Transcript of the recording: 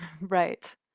Right